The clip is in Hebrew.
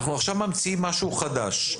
אנחנו עכשיו ממציאים משהו חדש.